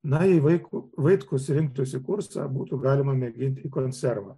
na jei vaikų vaitkus rinktųsi kursą būtų galima mėgint į koncervą